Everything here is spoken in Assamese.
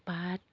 পাট